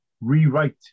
rewrite